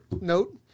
note